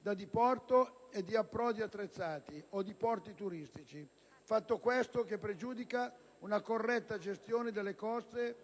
da diporto e di approdi attrezzati o di porti turistici, fatto, questo, che pregiudica una corretta gestione delle coste